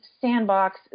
sandbox